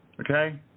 Okay